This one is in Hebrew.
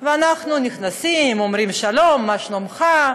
ואנחנו נכנסים ואומרים: שלום, מה שלומך?